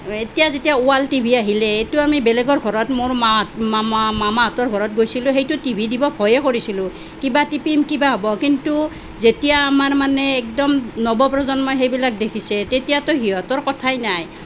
এতিয়া যেতিয়া wall TV আহিলে এইটো আমি বেলেগৰ ঘৰত মোৰ মা মামা মামাহঁতৰ ঘৰত গৈছিলোঁ সেইটো টিভি দিব ভয়ে কৰিছিলোঁ কিবা টিপিম কিবা হ'ব কিন্তু যেতিয়া আমাৰ মানে একদম নৱপ্ৰজন্মই সেইবিলাক দেখিছে তেতিয়াতো সিহঁতৰ কথাই নাই